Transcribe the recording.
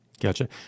gotcha